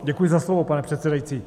Děkuji za slovo, pane předsedající.